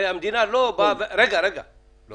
אנחנו